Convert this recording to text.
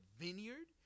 vineyard